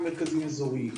הם מרכזים איזוריים.